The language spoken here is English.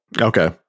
Okay